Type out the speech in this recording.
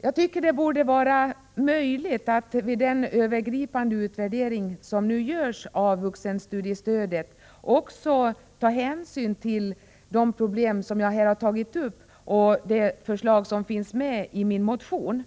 Jag tycker att det borde vara möjligt att vid den övergripande utvärdering som nu görs av vuxenstudiestödet också ta hänsyn till de problem som jag här har tagit upp och det förslag som finns med i min motion,